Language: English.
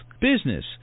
business